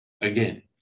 again